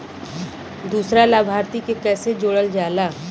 दूसरा लाभार्थी के कैसे जोड़ल जाला?